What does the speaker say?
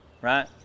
right